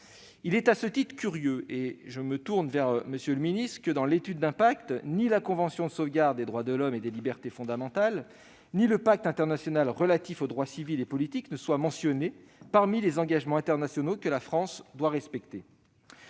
Il est à ce titre curieux, monsieur le secrétaire d'État, que dans l'étude d'impact, ni la Convention européenne de sauvegarde des droits de l'homme et des libertés fondamentales ni le Pacte international relatif aux droits civils et politiques ne soient mentionnés parmi les engagements internationaux que la France doit respecter.